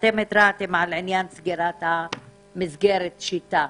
אתם התרעתם על עניין סגירת מסגרת "שיטה".